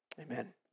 Amen